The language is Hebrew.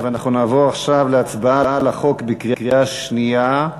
נעבור עכשיו להצבעה על החוק בקריאה שנייה,